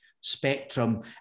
spectrum